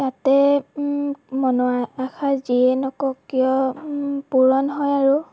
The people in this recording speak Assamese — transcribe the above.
তাতে মনৰ আশা যিয়ে নকওক কিয় পূৰণ হয় আৰু